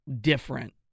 different